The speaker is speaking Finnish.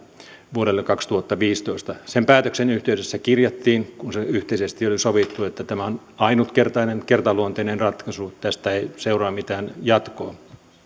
vuodelle kaksituhattaviisitoista sen päätöksen yhteydessä kirjattiin kun se yhteisesti oli sovittu että tämä on ainutkertainen kertaluonteinen ratkaisu tästä ei seuraa mitään jatkoa